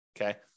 okay